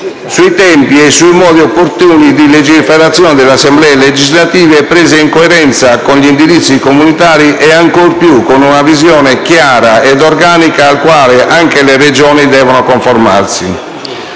sui tempi e sui modi opportuni di legiferazione delle Assemblee legislative, presi in coerenza con gli indirizzi comunitari e ancor più con una visione chiara ed organica alla quale anche le Regioni devono conformarsi.